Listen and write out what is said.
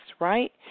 right